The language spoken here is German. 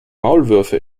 maulwürfe